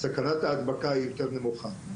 סכנת ההדבקה היא יותר נמוכה.